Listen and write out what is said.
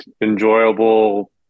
enjoyable